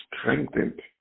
strengthened